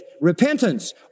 repentance